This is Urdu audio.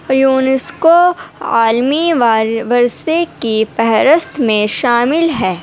یونسکو عالمی ورثے کی فہرست میں شامل ہے